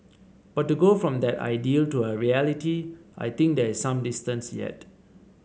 but to go from that ideal to a reality I think there is some distance yet